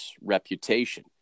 reputation